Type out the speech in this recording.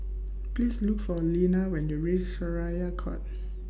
Please Look For Lena when YOU REACH Syariah Court